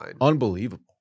Unbelievable